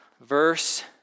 verse